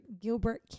Gilbert